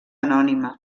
anònima